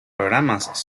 programas